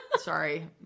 sorry